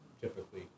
Typically